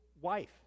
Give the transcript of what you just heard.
wife